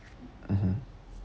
mmhmm